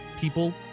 people